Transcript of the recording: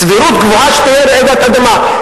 שתהיה רעידת אדמה,